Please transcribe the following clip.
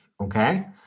okay